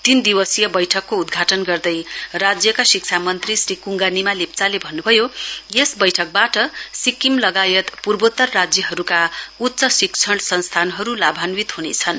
तीन दिवसीय वैठकको उद्घाटन गर्दै राज्यका शिक्षा मन्त्री श्री कुङगा निमा लेप्चाले भन्नुभयो यस वैठकवाट सिक्किम लगायत पूर्वोत्तर राज्यहरुका उच्च शिक्षण संस्थानहरु लाभान्वित हुनेछन्